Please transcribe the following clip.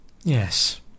Yes